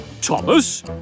Thomas